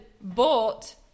bought